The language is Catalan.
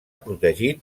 protegit